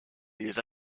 les